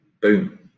boom